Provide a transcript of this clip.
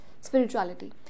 spirituality